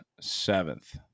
seventh